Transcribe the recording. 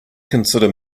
consider